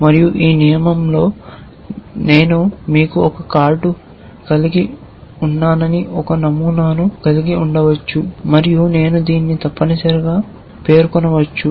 మరియు ఈ నియమంలో నేను మీకు ఒక కార్డు కలిగి ఉన్నానని ఒక నమూనాను కలిగి ఉండవచ్చు మరియు నేను దీన్ని తప్పనిసరిగా పేర్కొనవచ్చు